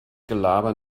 gelaber